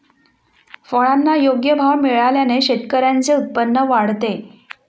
फळांना योग्य भाव मिळाल्याने शेतकऱ्यांचे उत्पन्न वाढते